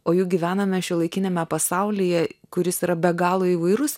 o juk gyvename šiuolaikiniame pasaulyje kuris yra be galo įvairus